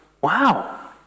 wow